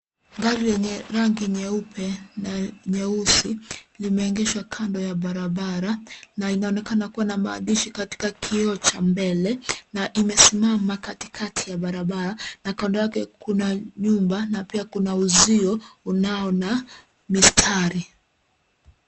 Gari lenye rangi nyeupe na nyeusi limeegeshwa kando ya barabara na inaonekana kuwa na maandishi katika kioo cha mbele na imesimama katikati ya barabara na kando yake kuna nyumba na pia kuna uzio unao na mistari.